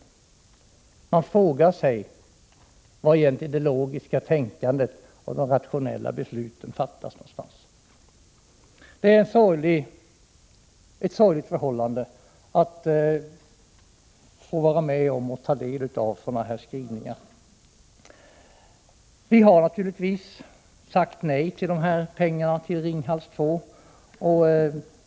Man frågar sig var det logiska tänkandet finns och var de rationella besluten egentligen fattas. Det är sorgligt att få vara med och ta del av sådana skrivningar. Vi har naturligtvis sagt nej till dessa pengar till Ringhals 2.